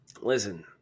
Listen